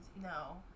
no